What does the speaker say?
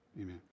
Amen